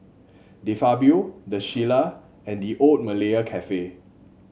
De Fabio The Shilla and The Old Malaya Cafe